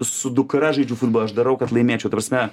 su dukra žaidžiu futbolą aš darau kad laimėčiau ta prasme